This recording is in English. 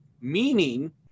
Meaning